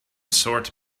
sort